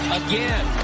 again